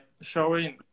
showing